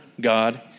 God